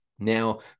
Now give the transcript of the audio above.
Now